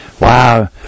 Wow